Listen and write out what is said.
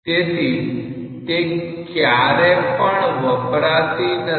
તેથી તે ક્યારે પણ વપરાતી નથી